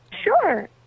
Sure